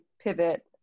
pivot